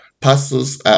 pastors